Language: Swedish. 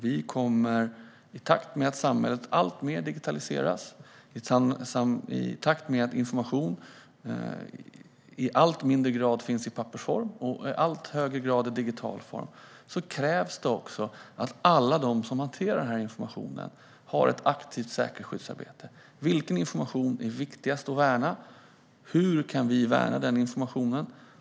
I takt med att samhället digitaliseras alltmer - i takt med att information i allt lägre grad finns i pappersform och i allt högre grad i digital form - krävs det att alla som hanterar informationen har ett aktivt säkerhetsskyddsarbete. Vilken information är viktigast att värna? Hur kan vi värna informationen?